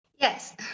yes